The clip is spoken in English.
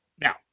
Now